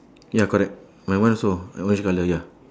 ya correct my one also orange colour ya